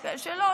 יש כאלה שלא,